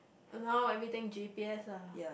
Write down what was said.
now everything G_P_S ah